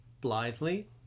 blithely